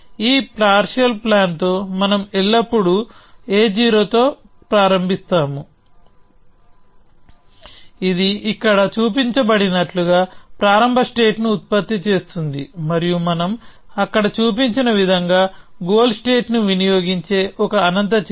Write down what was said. ఈ partial plan తో మనం ఎల్లప్పుడూ a0 చర్యతో ప్రారంభిస్తాము ఇది ఇక్కడ చూపించబడినట్లుగా ప్రారంభ స్టేట్ ని ఉత్పత్తి చేస్తుంది మరియు మనం అక్కడ చూపించిన విధంగా గోల్ స్టేట్ ని వినియోగించే ఒక అనంతచర్య